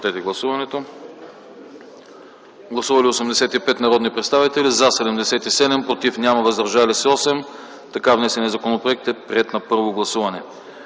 Гласували 85 народни представители: за 77, против няма, въздържали се 8. Така внесеният законопроект е приет на първо гласуване.